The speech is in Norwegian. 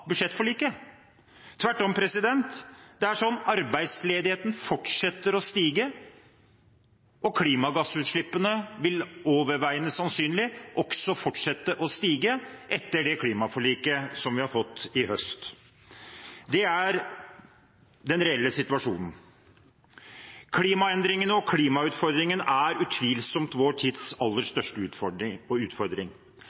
budsjettforliket. Tvert om. Arbeidsledigheten fortsetter å stige, og overveiende sannsynlig fortsetter også klimagassutslippene å stige etter klimaforliket i høst. Dette er den reelle situasjonen. Klimaendringene og klimautfordringen er utvilsomt vår tids aller største utfordring. Avtalen i Paris var et gledelig skritt i riktig retning. All honnør til Tine Sundtoft og